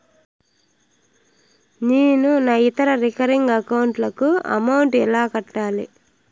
నేను నా ఇతర రికరింగ్ అకౌంట్ లకు అమౌంట్ ఎలా కట్టాలి?